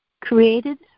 Created